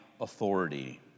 authority